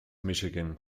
michigan